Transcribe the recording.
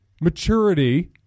maturity